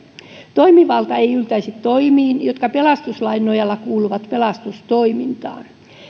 toimivalta ei yltäisi toimiin jotka pelastuslain nojalla kuuluvat pelastustoimintaan